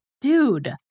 Dude